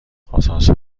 آسانسور